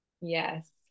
yes